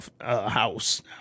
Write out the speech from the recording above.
house